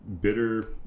bitter